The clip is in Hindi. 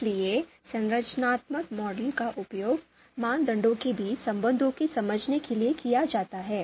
इसलिए संरचनात्मक मॉडल का उपयोग मानदंडों के बीच संबंधों को समझने के लिए किया जाता है